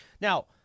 Now